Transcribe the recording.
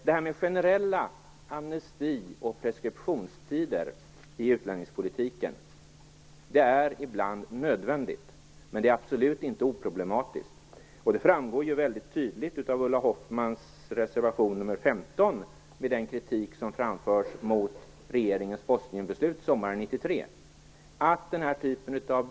Detta med generell amnesti och preskriptionstider i utlänningspolitiken är ibland nödvändigt. Men det är absolut inte oproblematiskt, vilket väldigt tydligt framgår av Ulla Hoffmanns reservation nr 15 och den kritik som där framförs mot regeringens Bosnienbeslut under sommaren 1993.